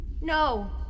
No